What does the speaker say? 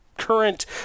current